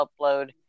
upload